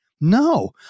No